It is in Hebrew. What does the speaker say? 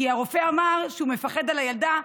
כי הרופא אמר שהוא מפחד על הילדה,